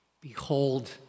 Behold